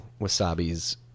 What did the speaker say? Wasabi's